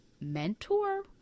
mentor